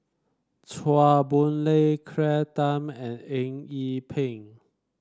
Chua Boon Lay Claire Tham and Eng Yee Peng